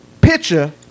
picture